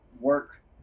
work